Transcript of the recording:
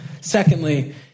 Secondly